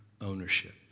ownership